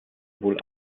wohl